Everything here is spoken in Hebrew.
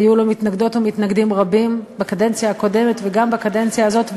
היו לו מתנגדות ומתנגדים רבים בקדנציה הקודמת וגם בקדנציה הזאת.